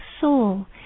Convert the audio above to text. soul